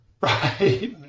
right